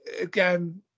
again